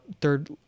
third